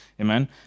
Amen